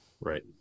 Right